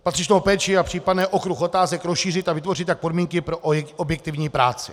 Patřičnou péči a případný okruh otázek rozšířit a vytvořit tak podmínky pro objektivní práci.